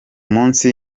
munsi